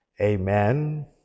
Amen